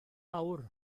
awr